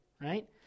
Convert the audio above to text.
right